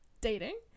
dating